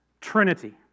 trinity